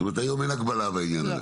זאת אומרת היום אין הגבלה בעניין הזה.